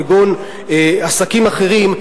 כגון עסקים אחרים,